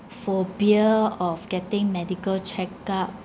phobia of getting medical check up